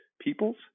people's